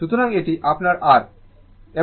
সুতরাং এটি আপনার R এবং এটি j L ω